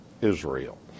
Israel